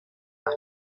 max